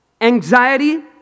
anxiety